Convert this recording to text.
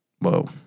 Whoa